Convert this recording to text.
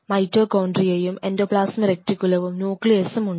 mitochondria യും endoplasmic റെക്ടിക്യൂലവും ന്യൂക്ലിയസും ഉണ്ട്